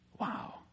Wow